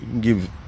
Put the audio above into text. Give